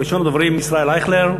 ראשון הדוברים ישראל אייכלר,